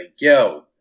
Yo